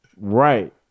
Right